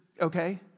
okay